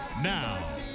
Now